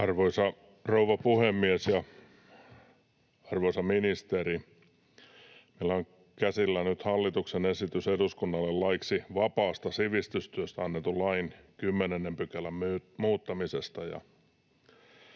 Arvoisa rouva puhemies! Arvoisa ministeri! Meillä on käsillä nyt hallituksen esitys eduskunnalle laiksi vapaasta sivistystyöstä annetun lain 10 §:n muuttamisesta.